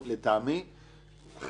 נעזרים בכלכלנים של משרד הרווחה.